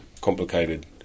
complicated